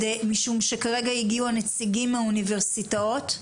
משום שכרגע הגיעו הנציגים מהאוניברסיטאות.